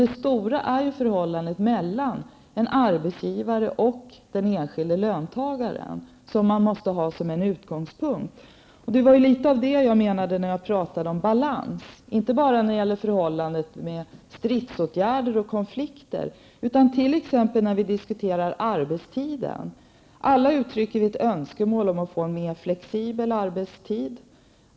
Den stora frågan är förhållandet mellan en arbetsgivare och den enskilde löntagaren, som man måste ha som en utgångspunkt. Det var det jag menade när jag talade om balans, inte bara när det gäller detta med stridsåtgärder och konflikter, utan även när vi diskuterar arbetstiden. Alla uttrycker vi önskemål om att få en mer flexibel arbetstid.